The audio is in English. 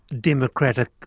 democratic